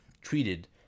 treated